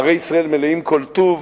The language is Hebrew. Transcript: ערי ישראל מלאות כל טוב,